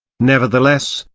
nevertheless,